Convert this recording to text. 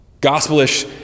Gospel-ish